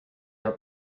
are